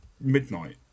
midnight